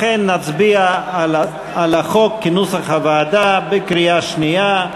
לכן נצביע על החוק כנוסח הוועדה בקריאה שנייה.